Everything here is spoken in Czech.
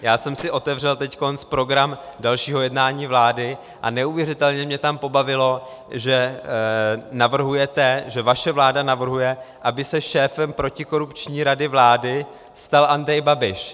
Já jsem si teď otevřel program dalšího jednání vlády a neuvěřitelně mě tam pobavilo, že vaše vláda navrhuje, aby se šéfem protikorupční rady vlády stal Andrej Babiš.